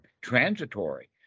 transitory